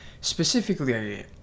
specifically